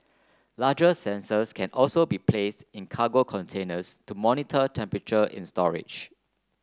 larger sensors can also be place in cargo containers to monitor temperature in storage